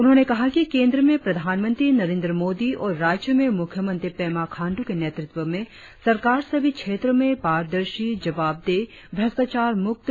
उन्होंने कहा कि केंद्र में प्रधानमंत्री नरेंद्र मोदी और राज्य में मुख्यमंत्री पेमा खांडू के नेतृत्व में सरकार सभी क्षेत्रों में पारदर्शी जवाबदेह भ्रष्टाचार मुक्त